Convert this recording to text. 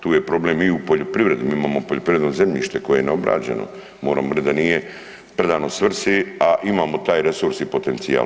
Tu je problem i u poljoprivredi, mi imamo poljoprivredno zemljište koje je neobrađeno, moramo reć da nije predano svrsi, a imamo taj resurs i potencijal.